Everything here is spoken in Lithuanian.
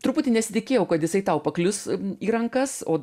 truputį nesitikėjau kad jisai tau paklius į rankas o